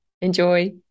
Enjoy